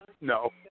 No